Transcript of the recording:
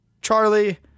Charlie